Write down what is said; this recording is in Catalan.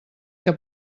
que